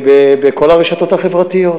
בכל הרשתות החברתיות.